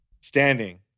standing